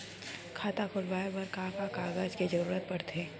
खाता खोलवाये बर का का कागज के जरूरत पड़थे?